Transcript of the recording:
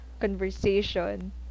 conversation